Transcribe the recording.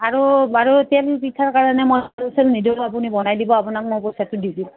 আৰু বাৰু তেল পিঠাৰ কাৰণে আপুনি বনাই দিব আপোনাক মই পইচাটো দি দিম